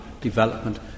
development